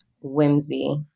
Whimsy